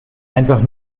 einfach